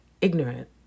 ignorant